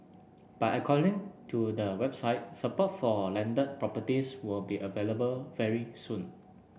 but according to the website support for landed properties will be available very soon